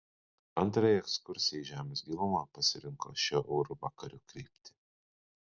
antrajai ekskursijai į žemės gilumą pasirinko šiaurvakarių kryptį